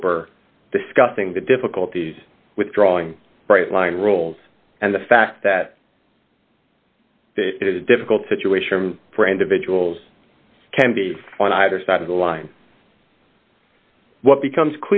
roper discussing the difficulties with drawing bright line rules and the fact that it is a difficult situation for individuals can be on either side of the line what becomes